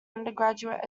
undergraduate